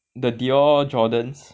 the Dio Jordans